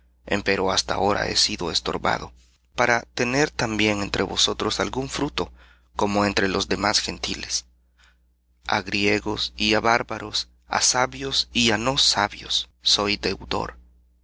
muchas veces me he propuesto ir á vosotros empero hasta ahora he sido estorbado para tener también entre vosotros algún fruto como entre los demás gentiles a griegos y á bárbaros á sabios y á no sabios soy deudor